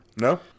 No